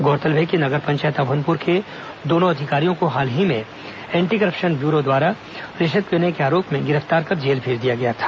गौरतलब है कि नगर पंचायत अभनपुर के दोनों अधिकारियों को हाल ही में एन्टी करप्शन ब्यूरो द्वारा रिश्वत लेने के आरोप में गिरफ्तार कर जेल भेज दिया गया था